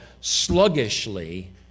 sluggishly